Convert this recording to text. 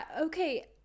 Okay